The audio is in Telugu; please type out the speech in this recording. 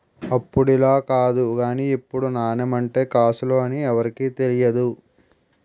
అప్పుడులా కాదు గానీ ఇప్పుడు నాణెం అంటే కాసులు అని ఎవరికీ తెలియదు